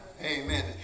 Amen